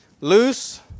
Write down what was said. loose